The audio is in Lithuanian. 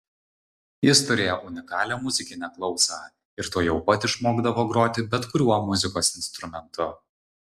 jis turėjo unikalią muzikinę klausą ir tuojau pat išmokdavo groti bet kuriuo muzikos instrumentu